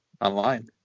online